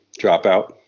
dropout